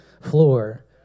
floor